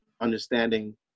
understanding